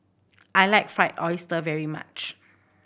I like Fried Oyster very much